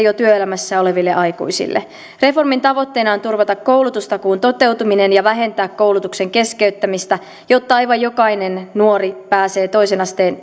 jo työelämässä oleville aikuisille reformin tavoitteena on turvata koulutustakuun toteutuminen ja vähentää koulutuksen keskeyttämistä jotta aivan jokainen nuori pääsee toisen asteen